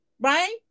right